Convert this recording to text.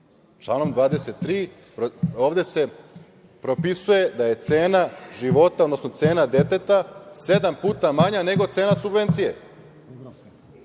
Članom 23. ovde se propisuje da je cena života, odnosno cena deteta sedam puta manja nego cena subvencije.